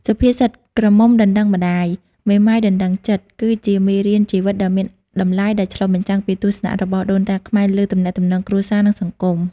សុភាសិត "ក្រមុំដណ្ដឹងម្ដាយ មេម៉ាយដណ្ដឹងចិត្ត" គឺជាមេរៀនជីវិតដ៏មានតម្លៃដែលឆ្លុះបញ្ចាំងពីទស្សនៈរបស់ដូនតាខ្មែរលើទំនាក់ទំនងគ្រួសារ និងសង្គម។